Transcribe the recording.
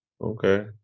Okay